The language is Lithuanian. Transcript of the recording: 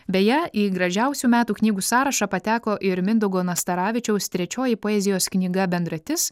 beje į gražiausių metų knygų sąrašą pateko ir mindaugo nastaravičiaus trečioji poezijos knyga bendratis